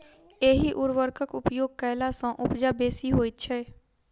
एहि उर्वरकक उपयोग कयला सॅ उपजा बेसी होइत छै